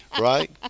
right